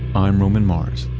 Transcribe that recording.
i'm roman mars